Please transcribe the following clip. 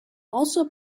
also